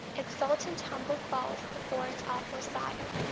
exultant-humble falls before its awful sire.